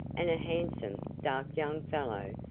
and a handsome, dark young fellow,